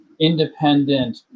independent